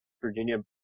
Virginia